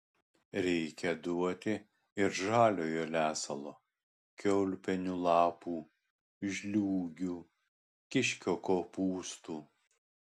reikia duoti ir žaliojo lesalo kiaulpienių lapų žliūgių kiškio kopūstų